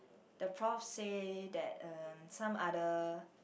the prof say that um some other